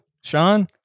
Sean